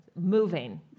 Moving